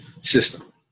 system